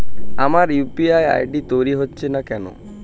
আমার UPI ID তৈরি হচ্ছে না কেনো?